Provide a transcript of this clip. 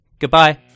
Goodbye